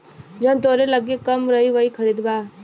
जवन तोहरे लग्गे कम रही वही खरीदबा